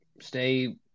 stay